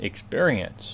experience